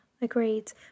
Agreed